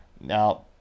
now